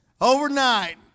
Overnight